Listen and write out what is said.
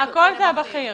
הכול זה הבכיר.